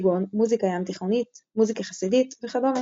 כגון מוזיקה ים תיכונית, מוזיקה חסידית וכדומה.